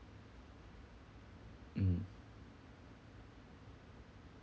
mm